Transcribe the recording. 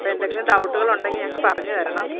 അപ്പോള് എന്തെങ്കിലും ഡൗട്ടുകളുണ്ടെങ്കില് ഞങ്ങള്ക്ക് പറഞ്ഞുതരണം